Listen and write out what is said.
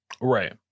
Right